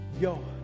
Yo